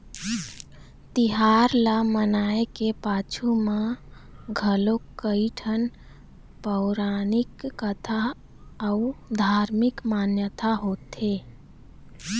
तिहार ल मनाए के पाछू म घलोक कइठन पउरानिक कथा अउ धारमिक मान्यता होथे